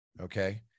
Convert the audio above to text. Okay